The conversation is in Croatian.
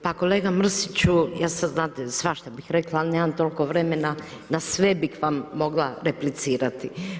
Pa kolega Mrsiću, ja sad znate svašta bih rekla, ali nemam toliko vremena, na sve bih vam mogla replicirati.